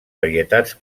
varietats